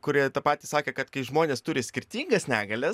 kuri tą patį sakė kad kai žmonės turi skirtingas negalias